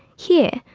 here,